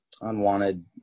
unwanted